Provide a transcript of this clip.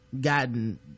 gotten